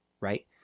right